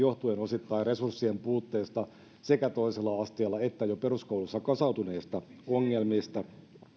johtuen osittain resurssien puutteesta ja toisella asteella sekä jo peruskoulussa kasautuneista ongelmista